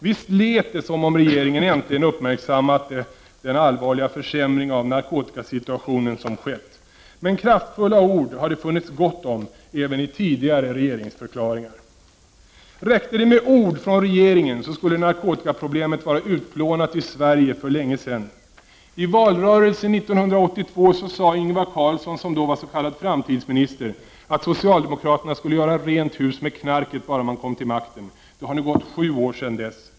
Visst lät det som om regeringen äntligen uppmärksammat den allvarliga försämring av narkotikasituationen som skett. Men kraftfulla ord har det funnits gott om även i tidigare regeringsförklaringar. Räckte det med ord från regeringen skulle narkotikaproblemet vara utplånat i Sverige för länge sedan. I valrörelsen 1982 sade Ingvar Carlsson, som då var s.k. framtidsminister, att socialdemokraterna skulle ”göra rent hus med knarket” bara man kom till makten. Det har nu gått sju år sedan dess.